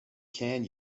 can